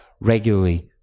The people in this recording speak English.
regularly